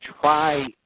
try